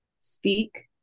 speak